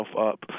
up